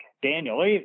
Daniel